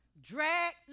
Drag